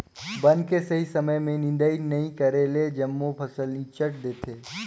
बन के सही समय में निदंई नई करेले जम्मो फसल ईचंट देथे